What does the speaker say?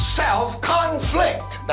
self-conflict